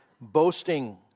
boasting